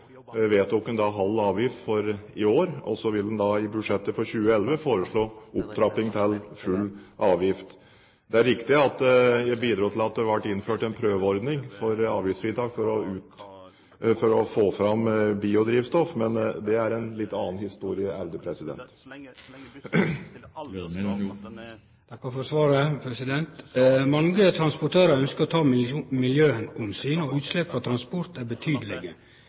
man da halv avgift for i år, og så vil en i budsjettet for 2011 foreslå opptrapping til full avgift. Det er riktig at jeg bidro til at det ble innført en prøveordning for avgiftsfritak for å få fram biodrivstoff, men det er en litt annen historie. Eg takkar for svaret. Mange transportørar ønskjer å ta miljøomsyn, og utsleppa frå transport er betydelege.